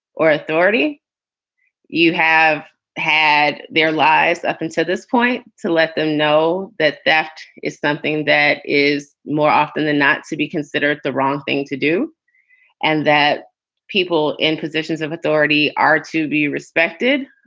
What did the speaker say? authority you have had their lives up until this point to let them know that theft is something that is more often than not to be considered the wrong thing to do and that people in positions of authority are to be respected.